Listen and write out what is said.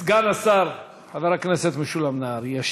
סגן השר משולם נהרי.